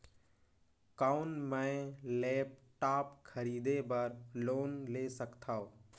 कौन मैं लेपटॉप खरीदे बर लोन ले सकथव?